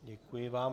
Děkuji vám.